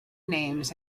names